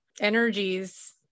energies